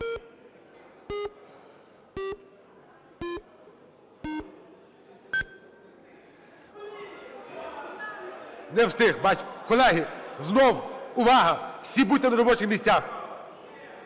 Не встиг, бач! Колеги, знову, увага, всі будьте на робочих місцях.